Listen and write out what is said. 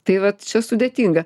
tai vat čia sudėtinga